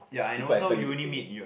people expect you to pay